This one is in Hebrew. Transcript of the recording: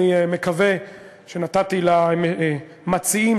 אני מקווה שנתתי למציעים,